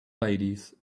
ladies